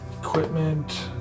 equipment